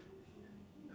ya